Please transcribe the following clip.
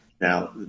Now